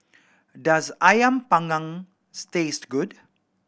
does Ayam Panggang taste good